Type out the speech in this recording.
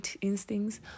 instincts